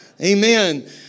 Amen